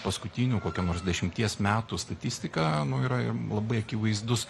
paskutinių kokių nors dešimties metų statistiką nu yra labai akivaizdus